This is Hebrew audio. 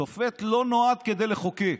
שופט לא נועד לחוקק,